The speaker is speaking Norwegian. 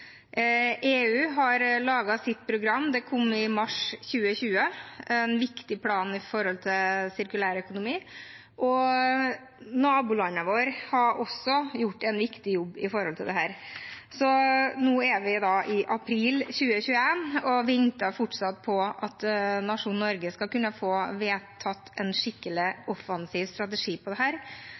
kom i mars 2020 og er en viktig plan med hensyn til sirkulærøkonomi, og nabolandene våre har også gjort en viktig jobb med dette. Nå er vi da i april 2021 og venter fortsatt på at nasjonen Norge skal kunne få vedtatt en skikkelig offensiv strategi på dette området, og jeg tror det